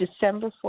December